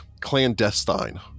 clandestine